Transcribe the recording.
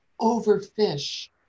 overfish